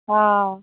ହଁ